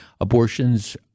abortions